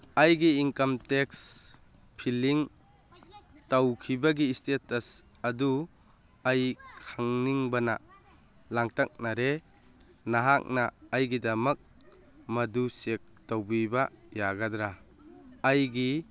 ꯑꯩꯒꯤ income tax filing ꯇꯧꯈꯤꯕꯒꯤ status ꯑꯗꯨ ꯑꯩ ꯈꯪꯅꯤꯡꯕꯅ ꯂꯥꯡꯇꯛꯅꯔꯦ ꯅꯍꯥꯛꯅ ꯑꯩꯒꯤꯗꯃꯛ ꯃꯗꯨ ꯆꯦꯛ ꯇꯧꯕꯤꯕ ꯌꯥꯒꯗ꯭ꯔ ꯑꯩꯒꯤ